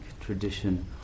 tradition